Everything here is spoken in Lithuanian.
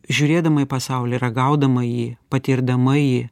žiūrėdama į pasaulį ragaudama jį patirdama jį